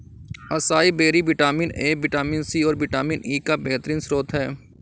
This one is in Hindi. acai berry vitamin A, vitamin C, और विटामिन ई का बेहतरीन स्त्रोत है